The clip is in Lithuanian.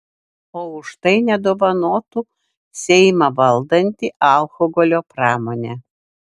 o už tai nedovanotų seimą valdanti alkoholio pramonė